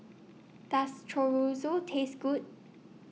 Does Chorizo Taste Good